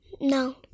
No